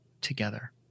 together